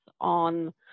on